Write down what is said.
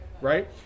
right